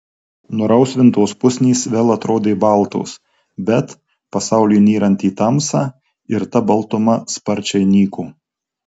nurausvintos pusnys vėl atrodė baltos bet pasauliui nyrant į tamsą ir ta baltuma sparčiai nyko